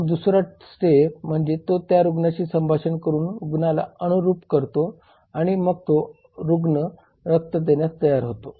मग दुसरा स्टेप म्हणजे तो त्या रुग्णाशी संभाषण करून रुग्णाला अनुरूप करतो आणि मग तो रुग्ण रक्त देण्यास तयार होतो